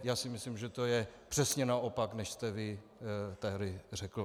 Já si myslím, že je to přesně naopak, než jste vy tehdy řekl.